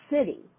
city